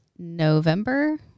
november